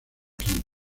king